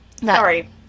Sorry